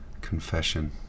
confession